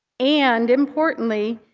and importantly,